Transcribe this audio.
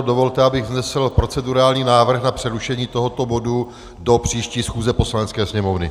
Dovolte, abych vznesl procedurální návrh na přerušení tohoto bodu do příští schůze Poslanecké sněmovny.